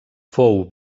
fou